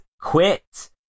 quit